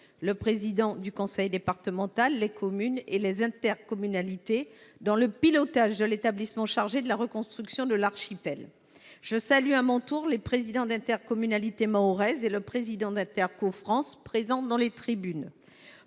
le président du conseil départemental, les communes et les intercommunalités – dans le pilotage de l’établissement chargé de la reconstruction de l’archipel. Je salue à mon tour les présidents d’intercommunalité mahorais présents aujourd’hui dans les tribunes